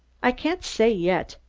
i can't say yet.